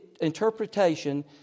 interpretation